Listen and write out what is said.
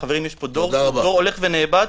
חברים, יש פה דור שהוא דור הולך ונאבד.